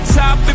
top